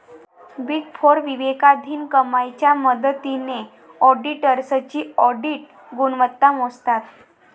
big four विवेकाधीन कमाईच्या मदतीने ऑडिटर्सची ऑडिट गुणवत्ता मोजतात